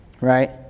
right